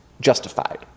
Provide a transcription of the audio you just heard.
justified